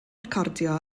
recordio